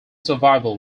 survival